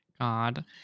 God